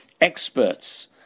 experts